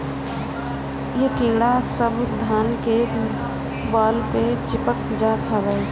इ कीड़ा सब धान के बाल पे चिपक जात हवे